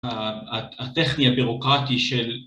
‫הטכני הבירוקרטי של...